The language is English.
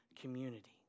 community